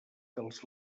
dels